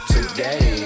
Today